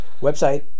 Website